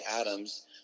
Adams